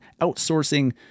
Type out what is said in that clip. outsourcing